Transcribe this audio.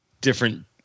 different